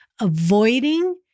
avoiding